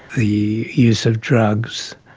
the use of drugs,